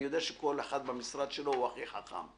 אני יודע שכל אחד במשרד שלו הוא הכי חכם.